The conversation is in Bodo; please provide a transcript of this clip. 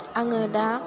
आङो दा